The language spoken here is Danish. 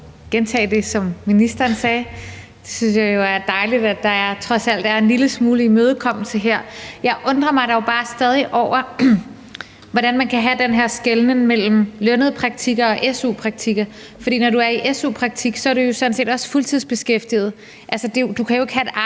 det er dejligt, at der trods alt er en lille smule imødekommelse her. Jeg undrer mig dog bare stadig over, hvordan man kan have den her skelnen mellem lønnet praktik og su-praktik, for når du er i su-praktik, er du jo sådan set også fuldtidsbeskæftiget. Altså, du kan jo ikke have et arbejde,